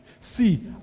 See